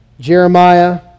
Jeremiah